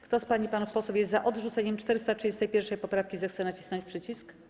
Kto z pań i panów posłów jest za odrzuceniem 431. poprawki, zechce nacisnąć przycisk.